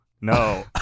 No